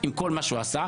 עם כל מה שהוא עשה,